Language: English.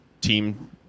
team